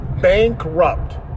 bankrupt